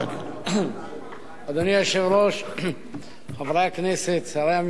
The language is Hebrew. אדוני היושב-ראש, חברי הכנסת, שרי הממשלה,